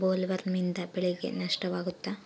ಬೊಲ್ವರ್ಮ್ನಿಂದ ಬೆಳೆಗೆ ನಷ್ಟವಾಗುತ್ತ?